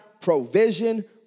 provision